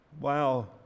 Wow